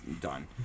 done